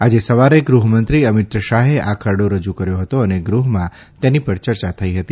આજે સવારે ગૃહમંત્રી મીત સાહે આ ખરડો રજુ કર્યો હતો ને ગૃહમાં તેની પર યર્યા થઇ હતી